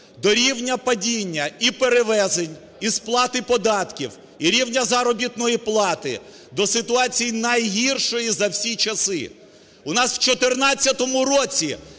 до рівня падіння і перевезень, і сплати податків, і рівня заробітної плати до ситуації найгіршої за всі части. У нас в 2014 році,